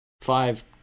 five